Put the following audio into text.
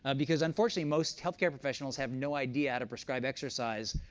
ah because unfortunately, most health care professionals have no idea how to prescribe exercise,